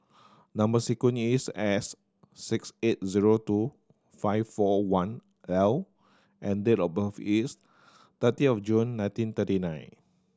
number sequence is S six eight zero two five four one L and date of birth is thirty of June nineteen thirty nine